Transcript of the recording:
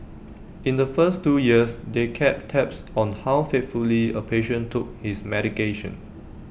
in the first two years they kept tabs on how faithfully A patient took his medication